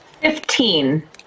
Fifteen